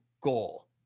goal